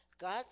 God